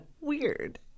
Weird